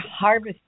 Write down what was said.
harvest